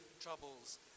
troubles